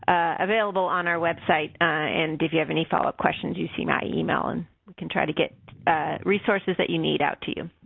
available on our website and if you have any follow-up questions, you see my email and we can try to get resources that you need out to you.